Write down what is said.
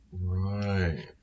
Right